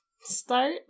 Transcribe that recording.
start